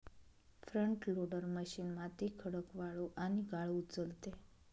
front loader machine माती, खडक, वाळू आणि गाळ उचलते